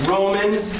Romans